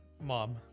Mom